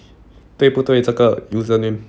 对不对这个 username